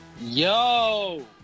Yo